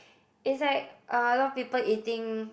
it's like uh a lot people eating